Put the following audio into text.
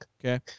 okay